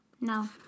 No